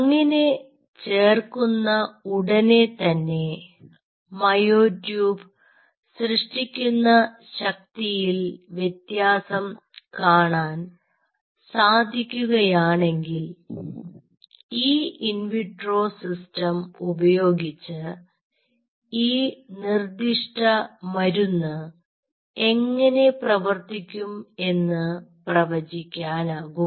അങ്ങിനെ ചേർക്കുന്ന ഉടനെ തന്നെ മയോ ട്യൂബ് സൃഷ്ടിക്കുന്ന ശക്തിയിൽ വ്യത്യാസം കാണാൻ സാധിക്കുകയാണെങ്കിൽ ഈ ഇൻവിട്രോ സിസ്റ്റം ഉപയോഗിച്ച് ഈ നിർദിഷ്ട മരുന്ന് എങ്ങനെ പ്രവർത്തിക്കും എന്ന് പ്രവചിക്കാൻ ആകും